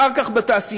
אחר כך בתעשייה,